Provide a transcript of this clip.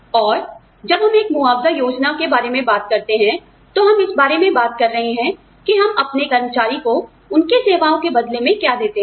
और जब हम एक मुआवजा योजना के बारे में बात करते हैं तो हम इस बारे में बात कर रहे हैं कि हम अपने कर्मचारी को उनकी सेवाओं के बदले में क्या देते हैं